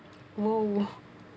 !whoa!